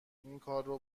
اینکارو